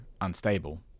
Unstable